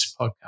podcast